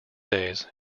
days